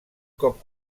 cop